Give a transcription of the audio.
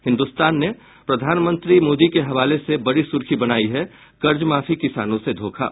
हिन्दुस्तान ने प्रधानमंत्री मोदी के हवाले से बड़ी सुर्खी बनायी है कर्ज माफी किसानों से धोखा